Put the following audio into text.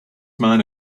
man